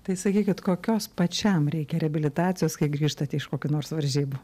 tai sakykit kokios pačiam reikia reabilitacijos kai grįžtate iš kokių nors varžybų